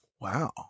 wow